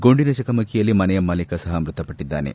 ಗುಂಡಿನ ಚಕಮಕಿಯಲ್ಲಿ ಮನೆಯ ಮಾಲಿಕ ಸಹ ಮೃತಪಟ್ಟಿದ್ದಾನೆ